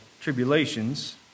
tribulations